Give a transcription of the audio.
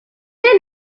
est